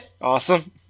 Awesome